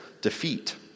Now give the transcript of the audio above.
defeat